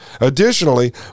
Additionally